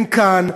הם כאן,